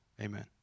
Amen